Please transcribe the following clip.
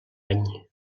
any